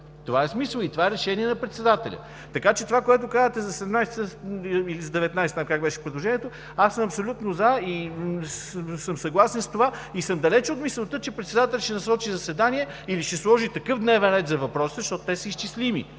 това е смисълът, и това е решение на председателя. Това, което казвате за 17,00 ч. или за 19,00 ч. – как беше предложението, аз съм абсолютно „за“ и съм съгласен с това, и съм далеч от мисълта, че председателят ще насрочи заседание или ще сложи такъв дневен ред за въпроси, защото те са изчислими.